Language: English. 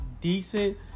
decent